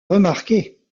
remarqué